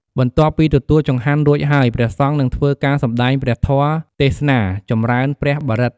បន្ទាប់ពីទទួលចង្ហាន់រួចហើយព្រះសង្ឃនិងធ្វើការសម្តែងព្រះធម៍ទេសនា ចំរើនព្រះបរិត្ត។